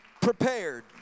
prepared